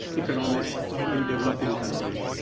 economics in developing countries,